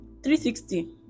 360